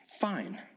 fine